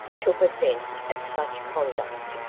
took offence at such conduct,